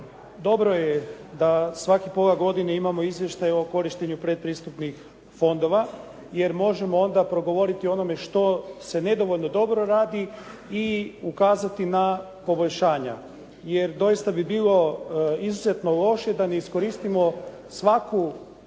Dobro je da svakih pola godine imamo izvještaj o korištenju predpristupnih fondova jer možemo onda progovoriti o onome što se nedovoljno dobro radi i ukazati na poboljšanja. Jer doista bi bilo izuzetno loše da ne iskoristimo svaku,